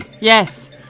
Yes